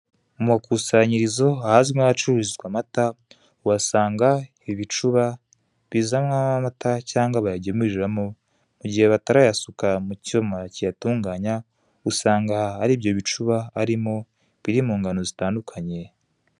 Amakusanirizo ahacururizwa amata uhasanga ibicuba byiza cyangwa bayagemuriramo mugihe batarayasuka mucyuma kiyatunganya usanga aribyo bicuba arimo biri mungango zitandukanye.